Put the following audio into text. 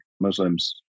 Muslims